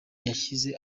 yashyize